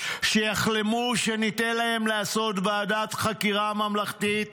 שיחלמו שניתן להם לעשות ועדת חקירה ממלכתית